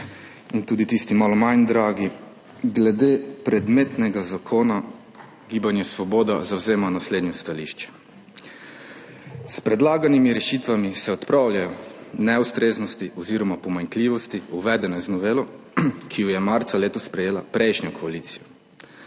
in tudi tisti malo manj dragi! Glede predmetnega zakona Gibanje Svoboda zavzema naslednje stališče. S predlaganimi rešitvami se odpravljajo neustreznosti oziroma pomanjkljivosti, uvedene z novelo, ki jo je marca letos sprejela prejšnja koalicija.